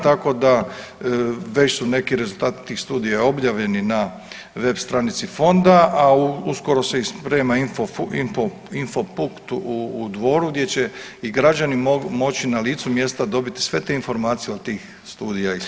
Tako da već su neki rezultati tih studija objavljeni na web stranici fonda, a uskoro se i sprema info punkt u Dvoru gdje će i građani moći na licu mjesta dobiti sve te informacije o tih studija i slično.